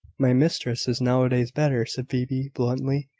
my mistress is noways better, said phoebe, bluntly.